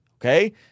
okay